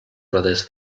brothers